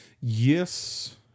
Yes